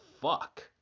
fuck